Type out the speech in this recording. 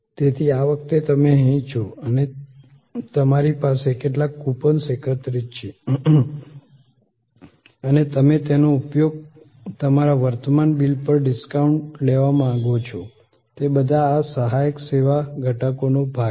તેથી આ વખતે તમે અહીં છો અને તમારી પાસે કેટલાક કૂપન્સ એકત્રિત છે અને તમે તેનો ઉપયોગ તમારા વર્તમાન બિલ પર ડિસ્કાઉન્ટ લેવા માંગો છો તે બધા આ સહાયક સેવા ઘટકોનો ભાગ છે